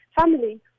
family